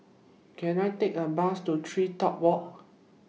Can I Take A Bus to TreeTop Walk